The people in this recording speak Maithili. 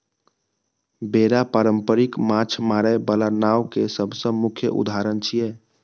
बेड़ा पारंपरिक माछ मारै बला नाव के सबसं मुख्य उदाहरण छियै